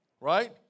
right